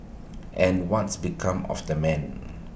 and what's became of the man